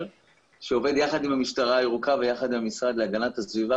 עובד יחד עם המשטרה הירוקה ויחד עם המשרד להגנת הסביבה